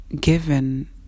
given